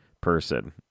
person